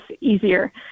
easier